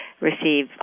receive